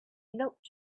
looked